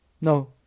no